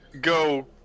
go